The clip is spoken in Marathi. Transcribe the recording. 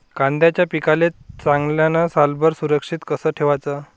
कांद्याच्या पिकाले चांगल्यानं सालभर सुरक्षित कस ठेवाचं?